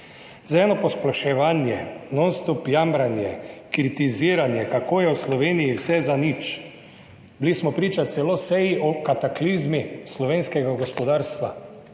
čas posploševanje, non stop jamranje, kritiziranje, kako je v Sloveniji vse zanič. Bili smo priča celo seji o kataklizmi slovenskega gospodarstva.